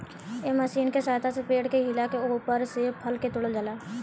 एह मशीन के सहायता से पेड़ के हिला के ओइपर से फल के तोड़ल जाला